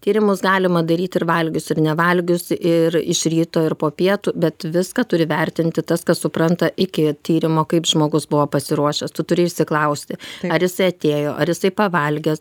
tyrimus galima daryti ir valgius ir nevalgius ir iš ryto ir po pietų bet viską turi vertinti tas kas supranta iki tyrimo kaip žmogus buvo pasiruošęs tu turi išsiklausti ar jisai atėjo ar jisai pavalgęs